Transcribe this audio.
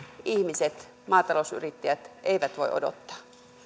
ihmiset maatalousyrittäjät eivät voi odottaa